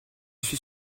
suis